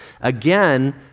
Again